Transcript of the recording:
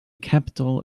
capital